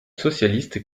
socialiste